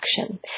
action